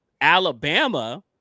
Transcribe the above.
Alabama